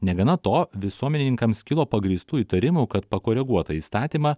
negana to visuomenininkams kilo pagrįstų įtarimų kad pakoreguotą įstatymą